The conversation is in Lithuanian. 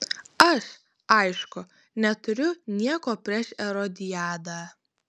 aš aišku neturiu nieko prieš erodiadą